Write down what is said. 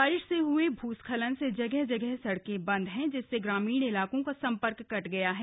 बारिश से हुए भूस्खलन से जगह जगह सड़कें बंद हैं जिससे ग्रामीण इलाकों का संपर्क कट गया है